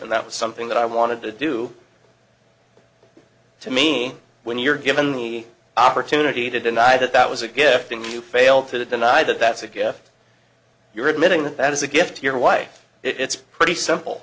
and that was something that i wanted to do to me when you're given the opportunity to deny that that was a gift and you failed to deny that that's a gift you're admitting that that is a gift to your wife it's pretty simple